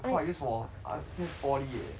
my phone I use for uh since poly eh